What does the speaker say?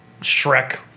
Shrek